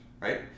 right